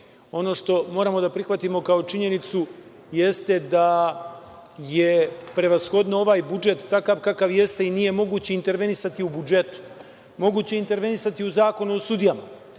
ono što moramo da prihvatimo kao činjenicu jeste da je prevashodno ovaj budžet takav kakav jeste i nije moguće intervenisati u budžetu. Moguće je intervenisati u Zakonu o sudijama,